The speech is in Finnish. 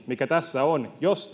mikä tässä on jos